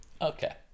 Okay